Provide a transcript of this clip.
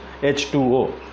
h2o